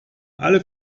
alle